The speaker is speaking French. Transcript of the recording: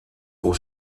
pour